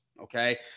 okay